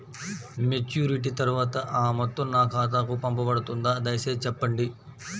Maturity తర్వాత ఆ మొత్తం నా ఖాతాకు పంపబడుతుందా? దయచేసి చెప్పండి?